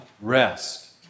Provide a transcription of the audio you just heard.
rest